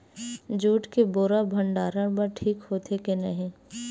Jute के बोरा भंडारण बर ठीक होथे के नहीं?